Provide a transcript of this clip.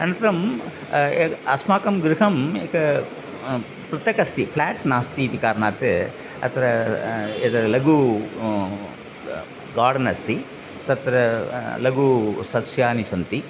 अनन्तरम् एतत् अस्माकं गृहं एकं पृथक् अस्ति फ़्लाट् नास्ति इति कारणात् अत्र एतत् लघु ग गार्डन् अस्ति तत्र लघु सस्यानि सन्ति